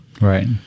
Right